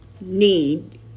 need